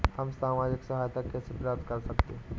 हम सामाजिक सहायता कैसे प्राप्त कर सकते हैं?